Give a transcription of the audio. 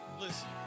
listen